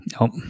Nope